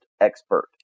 expert